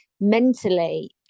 mentally